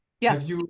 Yes